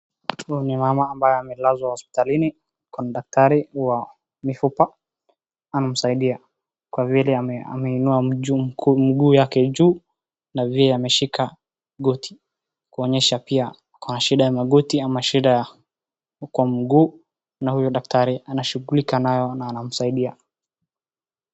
Huyu ni mama ambaye amelazwa hospitalini. Kuna daktari wa mifupa anamsaidia, kwa vile ameinua mguu wake juu na pia ameshika goti, kuonyesha pia ako na shida ya magoti ama shida kwa mguu na huyo daktari anashughulika nayo na anamsaidia.